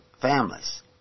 families